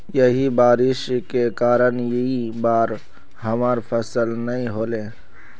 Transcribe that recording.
यही बारिश के कारण इ बार हमर फसल नय होले?